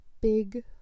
big